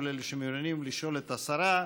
לכל אלה שמעוניינים לשאול את השרה.